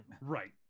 Right